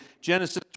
Genesis